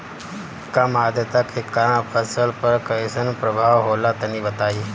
कम आद्रता के कारण फसल पर कैसन प्रभाव होला तनी बताई?